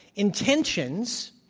intentions,